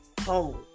Home